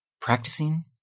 practicing